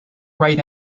great